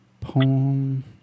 poem